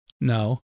No